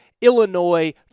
Illinois